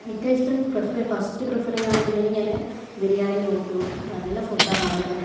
ഏറ്റവും ഇഷ്ടം പ്രിഫര് ചെയ്യുക ഫസ്റ്റ് പ്രിഫര് ചെയ്യുകയാണെന്നുണ്ടെങ്കിൽ ഞാൻ ബിരിയാണിയെ നോക്കുകയുള്ളൂ നല്ല ഫുഡ് ആണ് അവിടുത്തെ